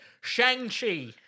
Shang-Chi